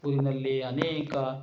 ಊರಿನಲ್ಲಿ ಅನೇಕ